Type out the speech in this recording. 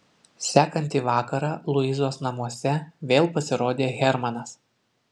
sekantį vakarą luizos namuose vėl pasirodė hermanas